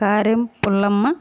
Karem Pullamma